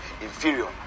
inferior